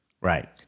Right